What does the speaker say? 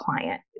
client